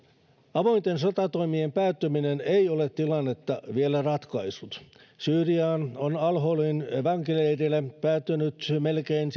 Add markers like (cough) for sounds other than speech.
avointen sotatoimien päättyminen ei ole tilannetta vielä ratkaissut syyriaan al holin vankileirille on päätynyt melkein (unintelligible)